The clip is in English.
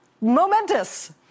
momentous